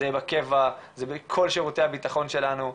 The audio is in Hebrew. זה בקבע, זה בכל שירותי הביטחון שלנו.